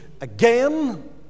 again